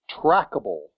trackable